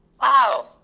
wow